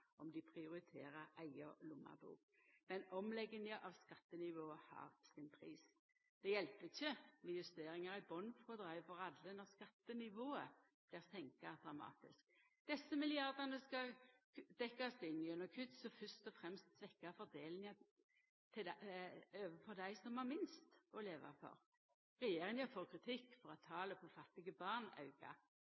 om dei prioriterer eiga lommebok. Men omlegginga av skattenivået har sin pris. Det hjelper ikkje med justeringar i botnfrådraget for alle når skattenivået blir senka dramatisk. Desse milliardane skal dekkjast inn gjennom kutt som fyrst og fremst svekkjer fordelinga overfor dei som har minst å leva for. Regjeringa får kritikk for at talet på fattige barn aukar.